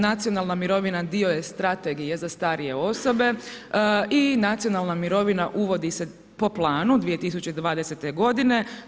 Nacionalna mirovina dio je strategije za starije osobe i nacionalna mirovina uvodi se po planu 2020. godine.